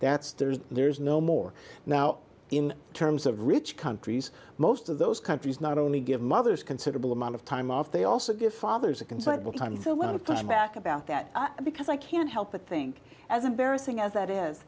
that's there is there is no more now in terms of rich countries most of those countries not only give mothers considerable amount of time off they also give fathers a considerable time when to turn back about that because i can't help but think as embarrassing as that is